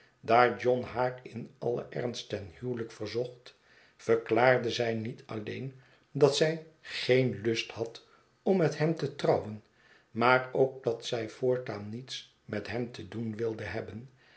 daar john haar in alien ernst ten huwelijk verzocht verklaarde zij niet alleen dat zij geen lust had om met hem te trouwen maar ook dat zij voortaan niets met hem te doen wilde hebben